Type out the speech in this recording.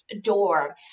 door